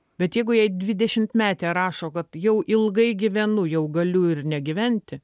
bet jeigu jai dvidešimmetė rašo kad jau ilgai gyvenu jau galiu ir negyventi